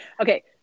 okay